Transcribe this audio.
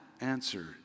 answer